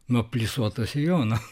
nuo flisuoto sijono